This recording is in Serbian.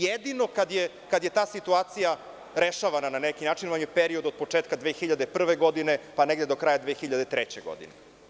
Jedino kad je ta situacija rešavana na neki način je onaj period od početka 2001. godine, pa negde do kraja 2003. godine.